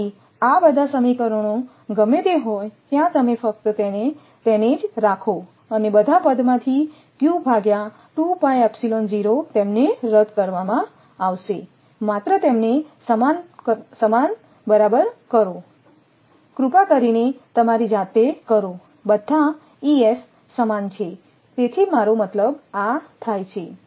તેથી આ બધાં સમીકરણો ગમે તે હોય ત્યાં તમે ફક્ત તેમને જ રાખો અને બધા પદમાંથી q 2 તેમને રદ કરવામાં આવશે માત્ર તેમને સમાન બરાબર કરો કૃપા કરીને તમારી જાતે કરો બધા Es સમાન છે તેથી મારો મતલબ આ થાય છે